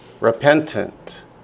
Repentant